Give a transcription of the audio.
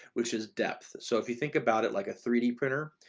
which is depth. so if you think about it, like a three d printer,